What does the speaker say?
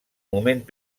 moment